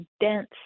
dense